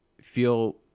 feel